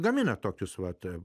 gamina tokius vata